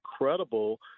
incredible